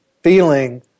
feeling